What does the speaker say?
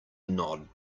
nod